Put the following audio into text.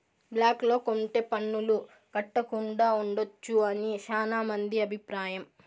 black లో కొంటె పన్నులు కట్టకుండా ఉండొచ్చు అని శ్యానా మంది అభిప్రాయం